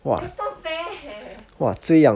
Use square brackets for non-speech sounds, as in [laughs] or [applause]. that's not fair [laughs]